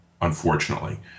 unfortunately